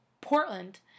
Portland